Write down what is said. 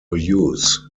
use